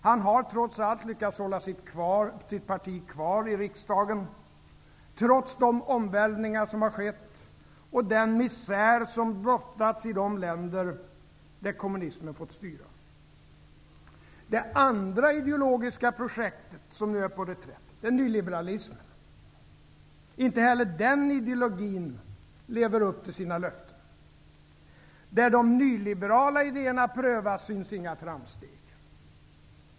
Han har, trots allt, lyckats hålla sitt parti kvar i riksdagen, trots de omvälvningar som har skett och den misär som har blottats i de länder där kommunismen har fått styra. Det andra ideologiska projektet som nu är på reträtt är nyliberalismen. Inte heller den ideologin lever upp till sina löften. Där de nyliberala idéerna har prövats syns inga framsteg.